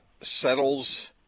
settles –